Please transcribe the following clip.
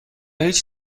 هیچ